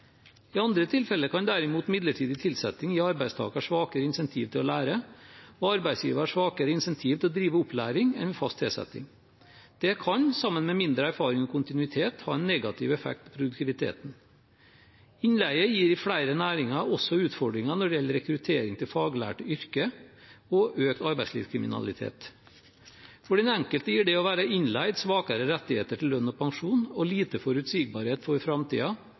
I andre tilfeller kan derimot midlertidig tilsetting gi arbeidstakeren svakere incentiv til å lære og arbeidsgiveren svakere incentiv til å drive opplæring enn ved fast tilsetting. Det kan, sammen med mindre erfaring og kontinuitet, ha en negativ effekt på produktiviteten. Innleie gir i flere næringer også utfordringer når det gjelder rekruttering til faglærte yrker, og økt arbeidslivskriminalitet. For den enkelte gir det å være innleid svakere rettigheter til lønn og pensjon og lite forutsigbarhet for